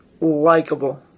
likable